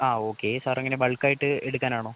ആ okay sir എങ്ങനെയാണ് bulk ആയിട്ട് എടുക്കാനാണോ